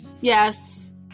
Yes